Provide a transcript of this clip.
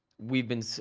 we've been, so